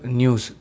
news